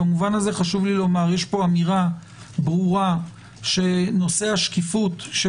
במובן זה - יש פה אמירה ברורה שנושא השקיפות של